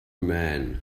man